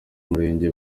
murenge